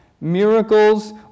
miracles